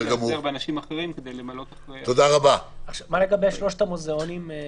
מה לגבי שלושת המוזיאונים?